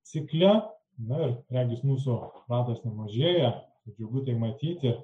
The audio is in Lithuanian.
cikle na ir regis mūsų ratas nemažėja džiugu tai matyti